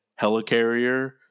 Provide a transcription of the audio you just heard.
helicarrier